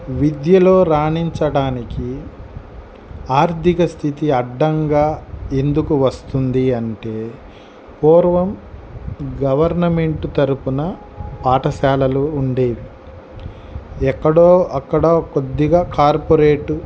విధ్యలో రాణించడానికి ఆర్థిక స్థితి అడ్డంగా ఎందుకు వస్తుంది అంటే పూర్వం గవర్నమెంట్ తరఫున పాఠశాలలు ఉండేవి ఎక్కడో అక్కడ కొద్దిగా కార్పొరేటు